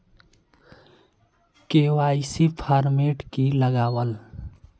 KYC format की लगावल?